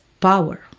power